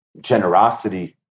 generosity